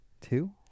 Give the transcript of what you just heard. Two